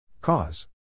Cause